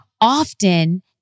often